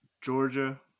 Georgia